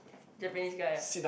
Japanese guy ah